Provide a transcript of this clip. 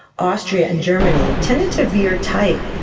austria and germany tended to veer tight,